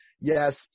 Yes